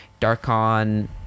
Darkon